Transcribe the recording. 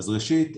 אז ראשית,